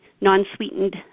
non-sweetened